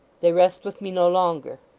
they rest with me no longer.